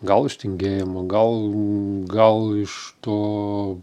gal iš tingėjimo gal gal iš to